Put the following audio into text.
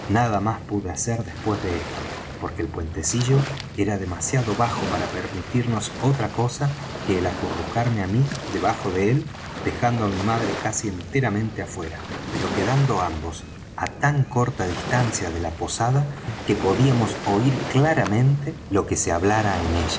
nada más pude hacer después de esto porque el puentecillo era demasiado bajo para permitirnos otra cosa que el acurrucarme á mí debajo de él dejando á mi madre casi enteramente afuera pero quedando ambos á tan corta distancia de la posada que podíamos oir claramente lo que se hablara en